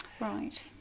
Right